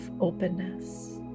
openness